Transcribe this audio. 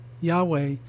Yahweh